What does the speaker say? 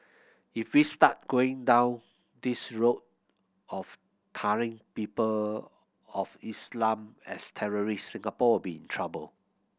if we start going down this route of tarring people of Islam as terrorists Singapore will be in trouble